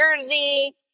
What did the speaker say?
Jersey